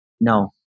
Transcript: no